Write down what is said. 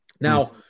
Now